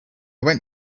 went